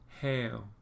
hail